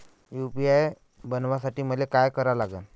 UPI बनवासाठी मले काय करा लागन?